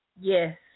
Yes